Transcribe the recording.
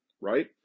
right